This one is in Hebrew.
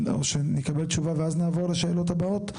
או שנקבל תשובה ואז נעבור לשאלות הבאות?